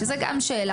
שזו גם שאלה.